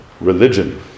religion